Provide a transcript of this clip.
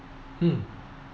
mm